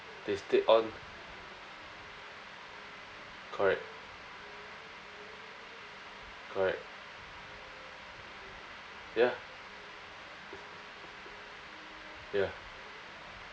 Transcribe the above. they stayed on correct correct ya ya